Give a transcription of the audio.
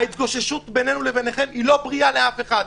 ההתגוששות בינינו לבינכם היא לא בריאה לאף אחד.